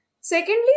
Secondly